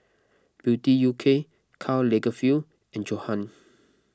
Beauty U K Karl Lagerfeld and Johan